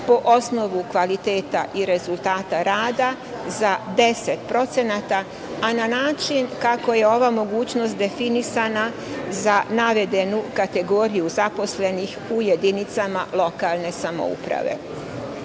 po osnovu kvaliteta i rezultata rada za 10%, a na način kako je ova mogućnost definisana za navedenu kategoriju zaposlenih u jedinicama lokalne